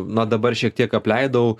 na dabar šiek tiek apleidau